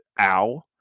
Ow